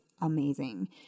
amazing